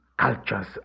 cultures